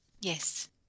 Yes